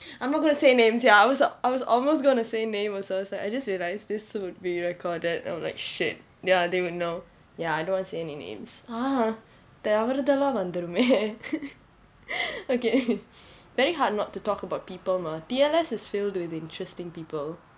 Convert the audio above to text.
I'm not gonna say names ya I was I was almost gonna say name also I just realised this would be recorded I'm like shit ya they would know ya I don't want say any names ah தவருதெல்லா வந்துருமே:thavaruthella vanthurume okay very hard not to talk about people mah T_L_S is filled with interesting people